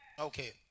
Okay